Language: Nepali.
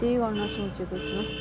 त्यही गर्नु सोचेको छु